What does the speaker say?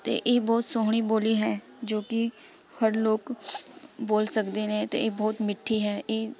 ਅਤੇ ਇਹ ਬਹੁਤ ਸੋਹਣੀ ਬੋਲੀ ਹੈ ਜੋ ਕਿ ਹਰ ਲੋਕ ਬੋਲ ਸਕਦੇ ਨੇ ਅਤੇ ਇਹ ਬਹੁਤ ਮਿੱਠੀ ਹੈ ਇਹ